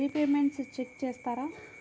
Repayments check చేస్తారా?